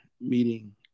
meeting